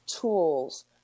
tools